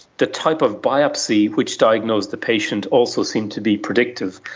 the type of biopsy which diagnosed the patient also seemed to be predictive.